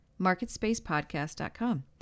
marketspacepodcast.com